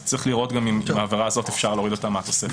צריך לראות אם את העבירה הזאת אפשר להוריד מהתוספת.